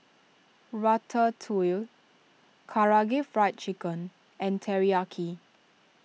Ratatouille Karaage Fried Chicken and Teriyaki